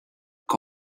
que